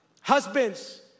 Husbands